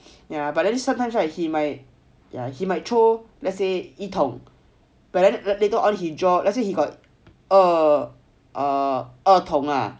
ya but at then sometimes right he might my ya he might throw let's say 一筒 but then later on he draw let's say he got 二筒 lah